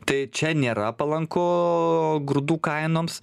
tai čia nėra palanku grūdų kainoms